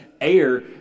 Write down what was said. air